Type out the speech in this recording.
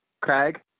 Craig